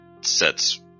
sets